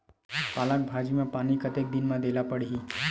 पालक भाजी म पानी कतेक दिन म देला पढ़ही?